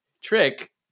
trick